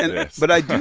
and. yes but i do.